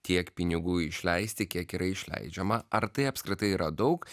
tiek pinigų išleisti kiek yra išleidžiama ar tai apskritai yra daug